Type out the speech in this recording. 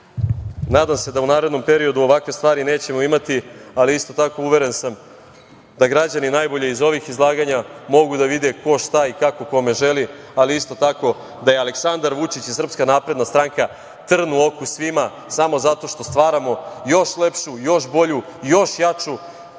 se da u narednom periodu ovakve stvari nećemo imati, ali isto tako uveren sam da građani najbolje iz ovih izlaganja mogu da vide ko šta i kako kome želi, ali isto tako da je Aleksandar Vučić i Srpska napredna stranka trn u oku svima samo zato što stvaramo još lepšu, još bolju i još jaču